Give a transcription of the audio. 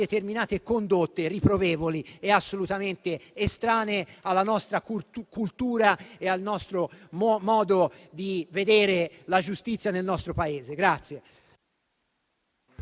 determinate condotte riprovevoli e assolutamente estranee alla nostra cultura e al nostro modo di vedere la giustizia nel nostro Paese.